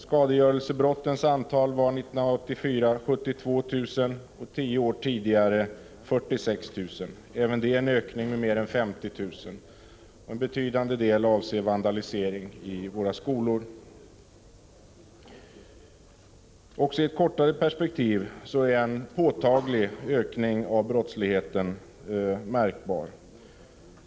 Skadegörelsebrottens antal år 1984 var 72 000. 10 år tidigare var det 46 000, även där en ökning med mer än 50 96. En betydande del avser vandalisering i våra skolor. Också i ett kortare perspektiv är en påtaglig ökning av brottsligheten märkbar.